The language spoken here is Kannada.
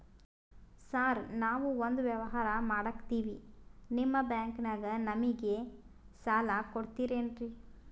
ಸಾರ್ ನಾವು ಒಂದು ವ್ಯವಹಾರ ಮಾಡಕ್ತಿವಿ ನಿಮ್ಮ ಬ್ಯಾಂಕನಾಗ ನಮಿಗೆ ಸಾಲ ಕೊಡ್ತಿರೇನ್ರಿ?